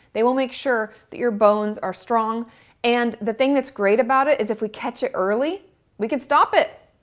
they will make sure that your bones are strong and the thing that's great about it is if we catch it early we can stop it.